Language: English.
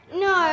no